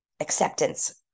Acceptance